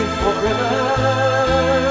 forever